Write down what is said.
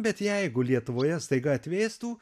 bet jeigu lietuvoje staiga atvėstų